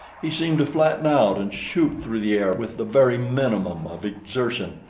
he seemed to flatten out and shoot through the air with the very minimum of exertion,